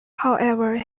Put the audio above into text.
however